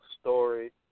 story